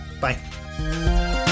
Bye